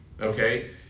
Okay